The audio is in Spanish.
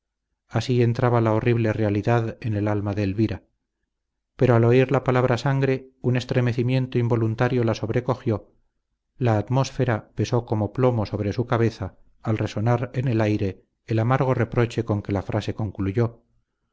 así entraba la horrible realidad en el alma de elvira pero al oír la palabra sangre un estremecimiento involuntario la sobrecogió la atmósfera pesó como plomo sobre su cabeza al resonar en el aire el amargo reproche con que la frase concluyó